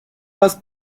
راست